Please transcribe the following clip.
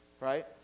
right